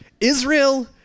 Israel